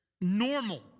normal